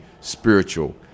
spiritual